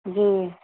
جی